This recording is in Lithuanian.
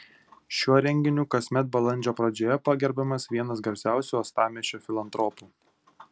šiuo renginiu kasmet balandžio pradžioje pagerbiamas vienas garsiausių uostamiesčio filantropų